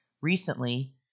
Recently